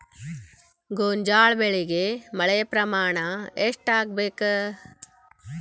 ಗೋಂಜಾಳ ಬೆಳಿಗೆ ಮಳೆ ಪ್ರಮಾಣ ಎಷ್ಟ್ ಆಗ್ಬೇಕ?